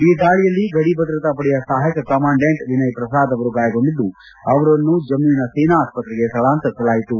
ಈ ದಾಳಿಯಲ್ಲಿ ಗಡಿಭದ್ರತಾ ಪಡೆಯ ಸಹಾಯಕ ಕಮಾಂಡೆಂಟ್ ವಿನಯ್ ಪ್ರಸಾದ್ ಅವರು ಗಾಯಗೊಂಡಿದ್ದು ಅವರನ್ನು ಜಮ್ಮುವಿನ ಸೇನಾ ಆಸ್ಪತ್ರೆಗೆ ಸ್ಥಳಾಂತರಿಸಲಾಯಿತು